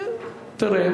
תראה,